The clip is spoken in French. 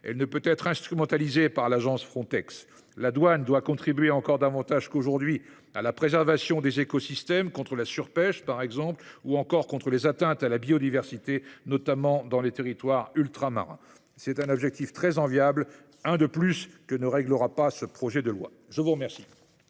Elle ne peut être instrumentalisée par l’agence Frontex. La douane doit contribuer encore davantage qu’aujourd’hui à la préservation des écosystèmes, contre la surpêche, par exemple, ou encore contre les atteintes à la biodiversité, notamment dans les territoires ultramarins. C’est un objectif très enviable – un de plus que n’atteindra pas ce projet de loi. La parole